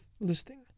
listing